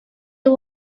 you